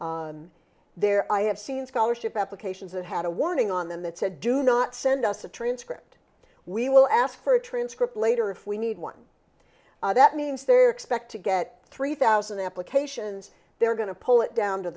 for their i have seen scholarship applications that had a warning on them that said do not send us a transcript we will ask for a transcript later if we need one that means there expect to get three thousand applications they're going to pull it down to